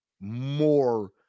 more